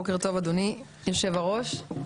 בוקר טוב, אדוני יושב הראש.